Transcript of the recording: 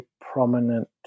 prominent